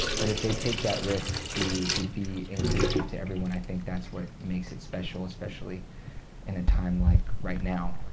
but if they take that risk to to be inclusive to everyone, i think that's what makes it special, especially in a time like right now.